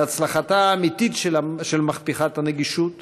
על הצלחתה האמיתית של מהפכת הנגישות